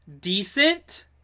decent